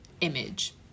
image